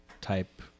type